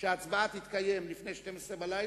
שההצבעה תתקיים לפני 24:00,